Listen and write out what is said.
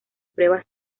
pruebas